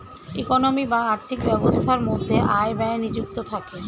economy বা আর্থিক ব্যবস্থার মধ্যে আয় ব্যয় নিযুক্ত থাকে